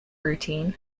routine